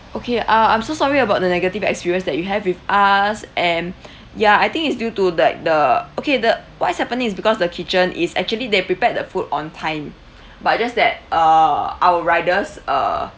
okay uh I'm so sorry about the negative experience that you have with us and ya I think it's due to like the okay the what's happening is because the kitchen is actually they prepared the food on time but just that err our riders uh